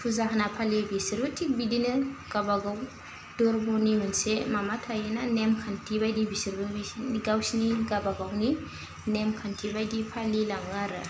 फुजा होना फालियो बिसोरो थिग बिदिनो गाबागाव दर्म'नि मोनसे मामा थायोना नेम खान्थि बायदि बिसोरबो बिसिनि गावसिनि गाबागावनि नेम खान्थि बायदि फालि लाङो आरो